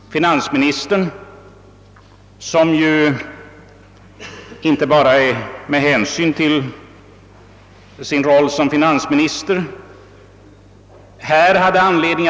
Finansministern kan med fog anses vara en av de politiskt tyngst vägande medlemmarna av regeringen.